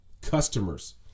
Customers